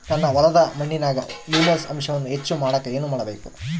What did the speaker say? ನನ್ನ ಹೊಲದ ಮಣ್ಣಿನಾಗ ಹ್ಯೂಮಸ್ ಅಂಶವನ್ನ ಹೆಚ್ಚು ಮಾಡಾಕ ನಾನು ಏನು ಮಾಡಬೇಕು?